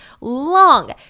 long